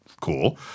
cool